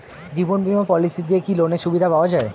জীবন বীমা পলিসি দিয়ে কি লোনের সুবিধা পাওয়া যায়?